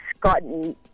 gotten